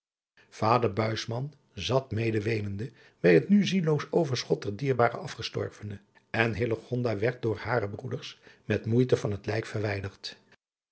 buisman zat mede weenende bij het nu zielloos overschot der dierbare afgestorvene en hillegonda werd door hare broeders met moeite van het lijk verwijderd